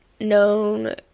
known